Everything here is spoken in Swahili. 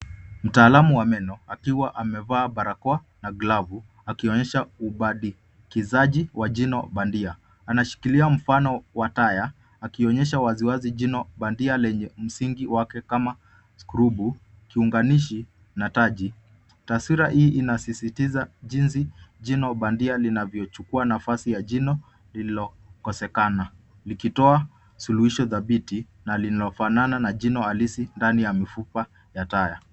Mtaalam wa meno akiwa amevaa barakoa na glavu akionyesha ubandikizaji wa jino bandia. Anashikilia mfano wa taya akionyesha wasiwasi jino bandia lenye msingi wake kama skrubu ,kiunganishi na taji. Taswira hii inasisitiza jinsi jino bandia linavyochukua nafasi ya jino lililokosekana likitoa suluhisho dhabiti na linalofanana na jino halisi ndani ya mifupa ya taya.